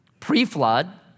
pre-flood